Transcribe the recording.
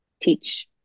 teach